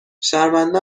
شرمنده